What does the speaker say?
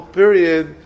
period